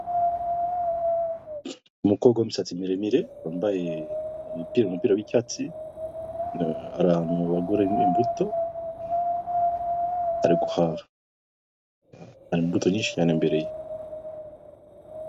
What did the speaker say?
Umukobwa w'imisatsi miremire wambaye umupira w'icyatsi ari ahantu bagurira imbuto ari guhaha, ari mu mbuto nyinshi cyane imbere .